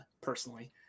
personally